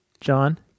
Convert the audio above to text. John